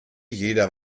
jeder